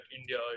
India